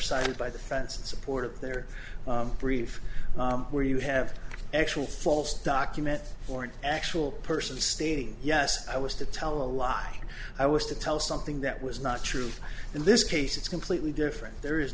cited by the fence in support of their brief where you have actual false document or an actual person stating yes i was to tell a lie i was to tell something that was not true in this case it's completely different there is